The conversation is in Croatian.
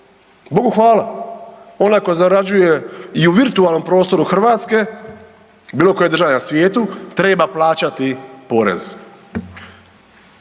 Bogu hvala. Onaj koji zarađuje i u virtualnom prostoru Hrvatske i bilo koje države na svijetu, treba plaćati porez.